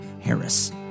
Harris